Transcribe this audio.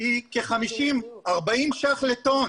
היא כ-40-50 ₪ לטון.